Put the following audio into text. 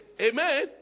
Amen